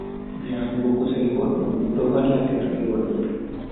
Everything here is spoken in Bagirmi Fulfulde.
Nyamugo kusel boddum, do valla terde goddo.